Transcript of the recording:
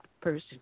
person